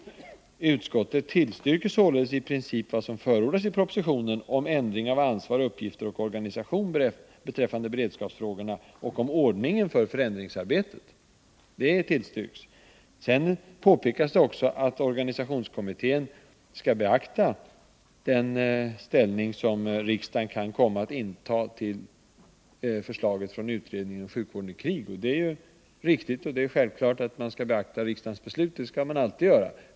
Utskottet fortsätter: ”Utskottet tillstyrker således i princip vad som förordas i propositionen om ändring av ansvar, uppgifter och organisation beträffande beredskapsfrågorna och om ordningen för förändringsarbetet.” Vidare påpekas också att organisationskommittén skall beakta den ställning som riksdagen kan komma att inta till förslaget från utredningen Sjukvård i krig. Det är riktigt, och det är självklart att man skall beakta riksdagens beslut — det skall man alltid göra.